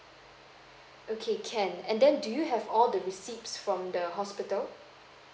okay can and then do you have all the receipts from the hospital